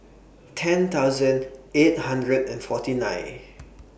ten thousand eight hundred and forty nine